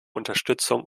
unterstützung